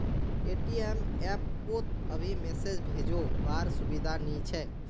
ATM app पोत अभी message भेजो वार सुविधा नी छे